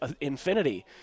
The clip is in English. infinity